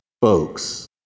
folks